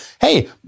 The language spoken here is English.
Hey